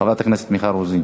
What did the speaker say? חברת הכנסת מיכל רוזין,